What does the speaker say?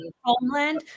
Homeland